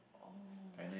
oh